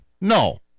No